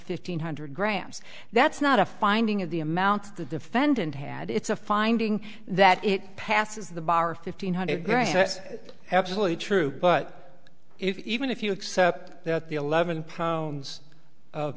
fifteen hundred grams that's not a finding of the amounts the defendant had it's a finding that it passes the bar fifteen hundred grand that's absolutely true but if even if you accept that the eleven pounds of